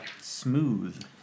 Smooth